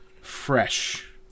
Fresh